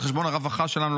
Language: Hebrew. על חשבון הרווחה שלנו,